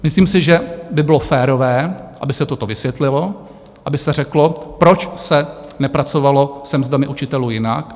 Myslím si, že by bylo férové, aby se toto vysvětlilo, aby se řeklo, proč se nepracovalo se mzdami učitelů jinak.